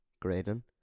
Graydon